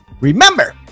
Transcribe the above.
Remember